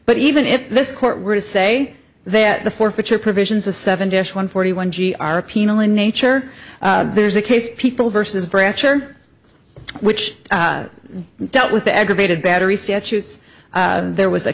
but even if this court were to say that the forfeiture provisions of seven dish one forty one g are penal in nature there's a case people versus branch or which dealt with the aggravated battery statutes there was a